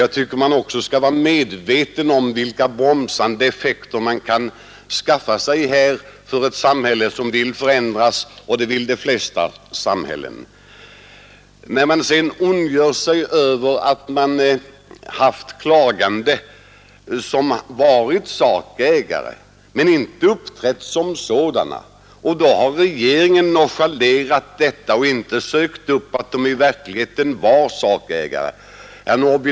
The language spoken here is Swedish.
Jag tycker att man också skall vara medveten om vilka bromsande effekter som åtgärder på detta område kan få för ett samhälle som vill förändras — och det vill de flesta samhällen. Herr Norrby ondgör sig vidare över att klagande, som varit sakägare men inte uppträtt som sådana, nonchalerats av regeringen, som inte tagit reda på det rätta förhållandet. Herr Norrby!